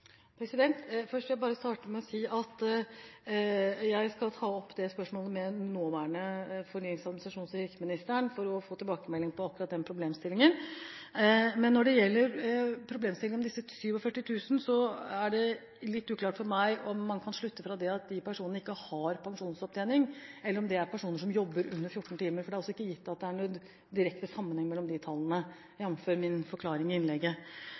Først vil jeg bare si at jeg skal ta opp det spørsmålet med den nåværende fornyings-, administrasjons- og kirkeministeren for å få tilbakemelding på akkurat den problemstillingen. Når det gjelder problemstillingen med disse 47 000, er det litt uklart for meg om man kan slutte fra det at de personene ikke har pensjonsopptjening, eller om det er personer som jobber 14 timer. Det er ikke gitt at det er noen direkte sammenheng mellom de tallene, jamfør min forklaring i innlegget.